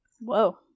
Whoa